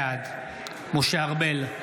בעד משה ארבל,